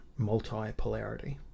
multipolarity